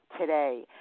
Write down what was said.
today